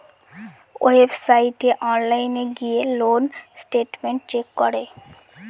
ওয়েবসাইটে অনলাইন গিয়ে loan statement check করে